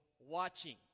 watching